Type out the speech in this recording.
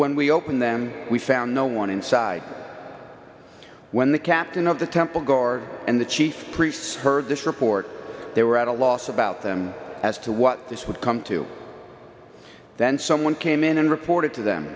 when we opened them we found no one inside when the captain of the temple guard and the chief priests heard this report they were at a loss about them as to what this would come to then someone came in and reported to them